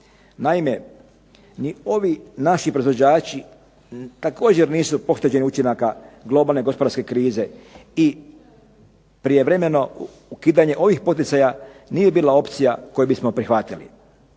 Naime, ni ovi naši proizvođači također nisu pošteđeni učinaka globalne gospodarske krize i prijevremeno ukidanje ovih poticaja nije bila opcija koju bismo prihvatili.